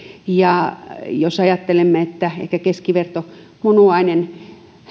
ja jos ajattelemme että ehkä keskivertomunuainen